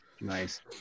Nice